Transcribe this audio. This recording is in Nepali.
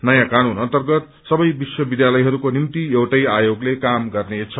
नयाँ कानून अर्न्नगत सबै विश्वविध्यालयहरूको निम्ति एउटै आयोगले काम गर्नेछ